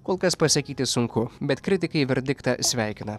kol kas pasakyti sunku bet kritikai verdiktą sveikina